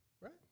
right